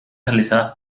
realizadas